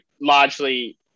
largely